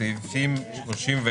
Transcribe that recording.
סעיפים 31,